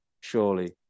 Surely